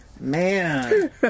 Man